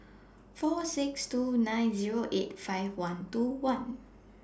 four six two nine Zero eight five one two one